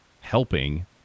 helping